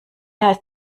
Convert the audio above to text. heißt